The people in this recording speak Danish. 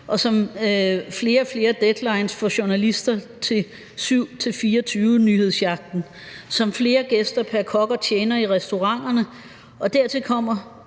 og flere deadlines for journalister til 24-7-nyhedsjagten; som flere gæster pr. kok og tjener i restauranterne; og dertil kommer